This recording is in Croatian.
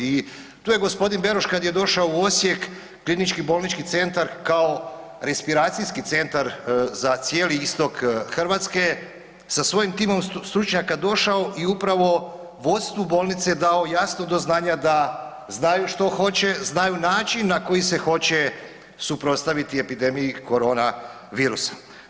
I tu je gospodin Beroš kad je došao u Osijek u klinički bolnički centar kao respiracijski centar za cijeli istok Hrvatske sa svojim timom stručnjaka došao i upravo vodstvu bolnice dao jasno do znanja da znaju što hoće, znaju način na koji se hoće suprotstaviti epidemiji korona virusa.